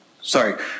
Sorry